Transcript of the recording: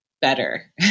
better